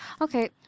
Okay